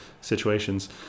situations